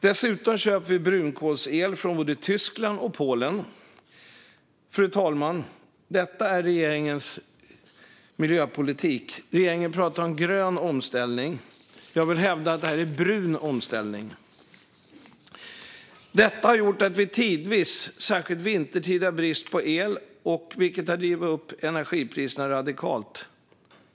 Dessutom köper vi brunkolsel från både Tyskland och Polen. Fru talman! Detta är regeringens miljöpolitik. Regeringen pratar om grön omställning. Jag vill hävda att det är brun omställning. Detta har gjort att vi tidvis, särskilt vintertid, har brist på el. Och det har drivit upp energipriserna radikalt.